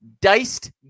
diced